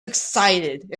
excited